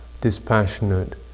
dispassionate